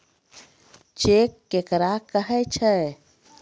Cheque केकरा कहै छै?